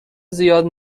زیاد